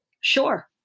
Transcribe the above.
Sure